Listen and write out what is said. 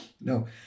no